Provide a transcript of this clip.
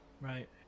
Right